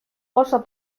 oso